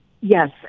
Yes